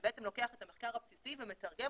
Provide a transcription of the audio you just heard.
שבעצם לוקח את המחקר הבסיסי ומתרגם